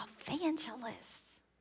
evangelists